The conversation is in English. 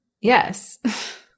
yes